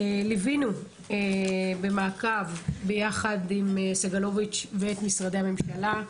ליווינו במעקב ביחד עם סגלובי'ץ' את משרדי הממשלה.